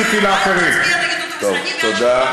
לגיטימי שתהיינה דעות שונות ולגיטימי